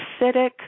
acidic